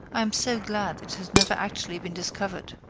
i am so glad it has never actually been discovered.